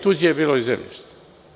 Tuđe je bilo i zemljište.